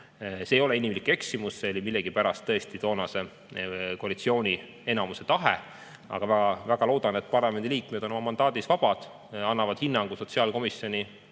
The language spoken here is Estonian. See ei ole inimlik eksimus, see oli millegipärast tõesti toonase koalitsiooni enamuse tahe. Aga ma väga loodan, et parlamendiliikmed on oma mandaadis vabad ja annavad hinnangu sotsiaalkomisjoni